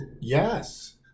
Yes